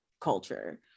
culture